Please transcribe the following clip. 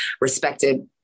respected